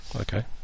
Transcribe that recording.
okay